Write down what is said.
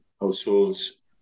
households